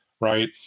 right